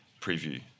preview